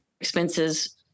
expenses